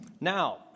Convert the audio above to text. Now